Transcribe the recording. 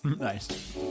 Nice